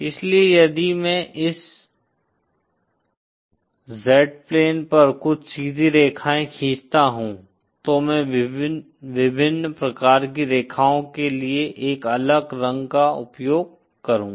इसलिए यदि मैं इस Z प्लेन पर कुछ सीधी रेखाएं खींचता हूँ तो मैं विभिन्न प्रकार की रेखाओं के लिए एक अलग रंग का उपयोग करूँगा